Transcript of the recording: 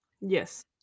Yes